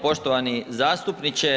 Poštovani zastupniče.